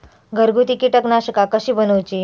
घरगुती कीटकनाशका कशी बनवूची?